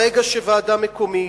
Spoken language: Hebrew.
ברגע שוועדה מקומית,